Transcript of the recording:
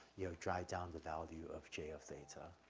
you know, drive down the value of j of theta.